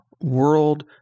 world